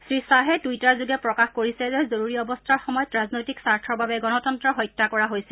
শ্ৰীখাহে টুইটাৰযোগে প্ৰকাশ কৰিছে যে জৰুৰী অৱস্থাৰ সময়ত ৰাজনৈতিক স্বাৰ্থৰ বাবে গণতন্তৰ হত্যা কৰা হৈছিল